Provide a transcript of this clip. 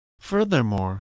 Furthermore